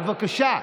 בבקשה.